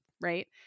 Right